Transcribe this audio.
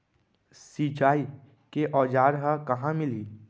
सिंचाई के औज़ार हा कहाँ मिलही?